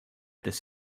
this